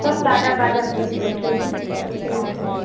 सब ताज़ा ताज़ा भैया तोड़ते है तोड़कर लाते हैं